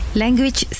language